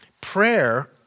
prayer